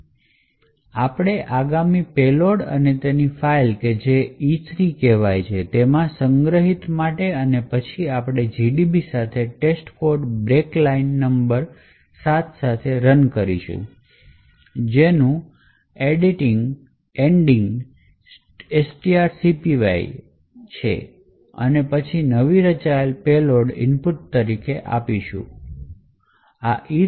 અમે આગામી પેલોડ અને તેને આ ફાઈલ કે જેને E3 કહેવાય તેમાં સંગ્રહવા માટે અને પછી આપણે GDB સાથે test code break line number 7 સાથે રન કરશું જેનું એંડિંગ strcpy છે અને પછી નવી રચાયેલી પેલોડ ઇનપુટ તરીકે આપવાનું રહેશે